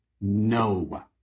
no